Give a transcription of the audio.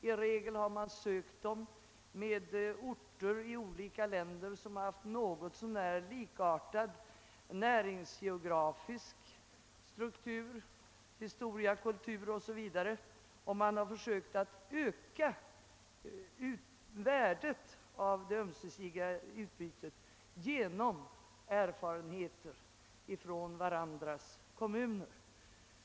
I regel har de upprättats med orter i olika länder som haft något så när likartad näringsgeografisk struktur, historia, kultur o.s.v. och man har försökt att öka värdet av det ömsesidiga utbytet genom att delge varandra erfarenheter från respektive kommuner.